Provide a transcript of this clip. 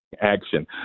action